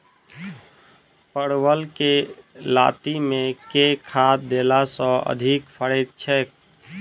परवल केँ लाती मे केँ खाद्य देला सँ अधिक फरैत छै?